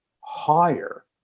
higher